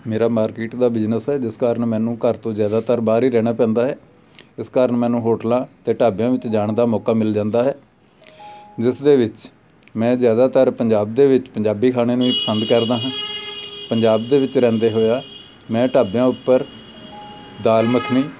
ਮੇਰਾ ਮਾਰਕੀਟ ਦਾ ਬਿਜ਼ਨਸ ਹੈ ਜਿਸ ਕਾਰਨ ਮੈਨੂੰ ਘਰ ਤੋਂ ਜ਼ਿਆਦਾਤਰ ਬਾਹਰ ਹੀ ਰਹਿਣਾ ਪੈਂਦਾ ਹੈ ਇਸ ਕਾਰਨ ਮੈਨੂੰ ਹੋਟਲਾਂ ਅਤੇ ਢਾਬਿਆਂ ਵਿੱਚ ਜਾਣ ਦਾ ਮੌਕਾ ਮਿਲ ਜਾਂਦਾ ਹੈ ਜਿਸ ਦੇ ਵਿੱਚ ਮੈਂ ਜ਼ਿਆਦਾਤਰ ਪੰਜਾਬ ਦੇ ਵਿੱਚ ਪੰਜਾਬੀ ਖਾਣੇ ਨੂੰ ਵੀ ਪਸੰਦ ਕਰਦਾ ਹਾਂ ਪੰਜਾਬ ਦੇ ਵਿੱਚ ਰਹਿੰਦੇ ਹੋਇਆਂ ਮੈਂ ਢਾਬਿਆਂ ਉੱਪਰ ਮੱਖਣੀ